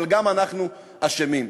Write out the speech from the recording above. אבל גם אנחנו אשמים.